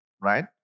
right